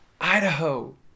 Idaho